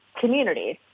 communities